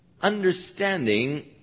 understanding